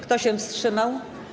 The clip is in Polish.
Kto się wstrzymał?